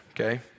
okay